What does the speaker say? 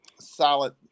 solid